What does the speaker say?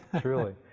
truly